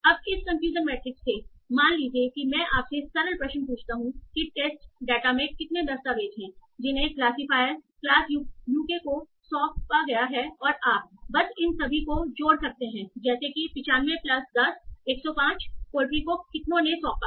अब इस confusion matrix से मान लीजिए कि मैं आपसे सरल प्रश्न पूछता हूं कि टेस्ट डेटा में कितने दस्तावेज़ हैं जिन्हें क्लासिफायर क्लास यूके को सौंपा गया है और आप बस इन सभी को जोड़ सकते हैं जैसे कि 95 प्लस 10 105पोल्ट्री को कितनों ने सौंपा